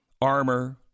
armor